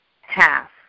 half